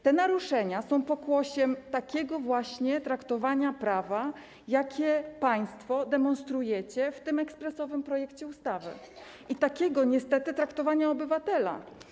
Te naruszenia są pokłosiem takiego właśnie traktowania prawa, jakie państwo demonstrujecie w tym ekspresowym projekcie ustawy, i takiego niestety traktowania obywatela.